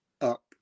up